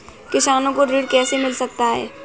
किसानों को ऋण कैसे मिल सकता है?